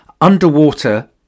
underwater